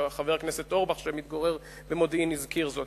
חבר הכנסת אורבך שמתגורר במודיעין הזכיר זאת.